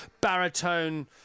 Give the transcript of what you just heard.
baritone